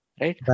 right